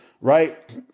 Right